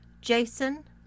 Jason